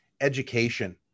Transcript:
education